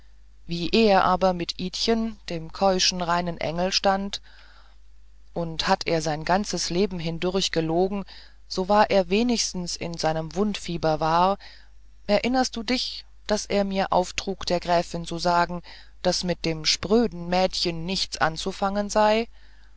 wie er aber mit idchen dem keuschen reinen engel stand und hat er sein ganzes leben hindurch gelogen so war er wenigstens in seinem wundfieber wahr erinnerst du dich daß er mir auftrug der gräfin zu sagen daß mit dem spröden mädchen nichts anzufangen sei